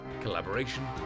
collaboration